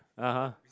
(uh huh)